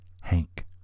Hank